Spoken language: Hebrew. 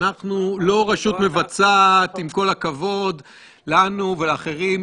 שהיה תקוע ופגע פגיעה מהותית ומשמעותית באיך שהמקום,